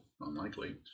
Unlikely